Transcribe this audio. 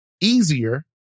easier